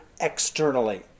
externally